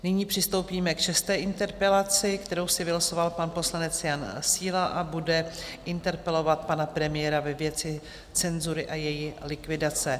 Nyní přistoupíme k šesté interpelaci, kterou si vylosoval pan poslanec Jan Síla, a bude interpelovat pana premiéra ve věci cenzury a její likvidace.